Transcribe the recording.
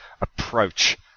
approach